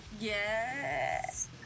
Yes